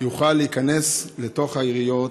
יוכל להיכנס לתוך העיריות